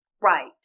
Right